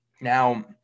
Now